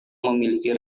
memiliki